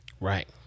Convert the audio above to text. Right